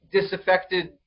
disaffected